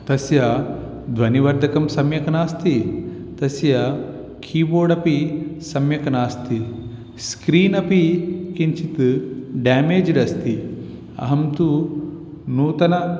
तस्य ध्वनिवर्धकं सम्यक् नास्ति तस्य कीबोर्ड् अपि सम्यक् नास्ति स्क्रीन् अपि किञ्चित् ड्यामेज्ड् अस्ति अहं तु नूतनं